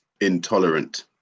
intolerant